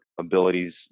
abilities